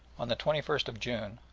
on the twenty first of june,